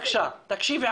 בבקשה, תקשיבי עכשיו.